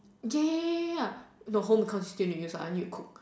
ya ya ya ya the home econs one I need to cook